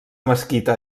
mesquita